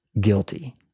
guilty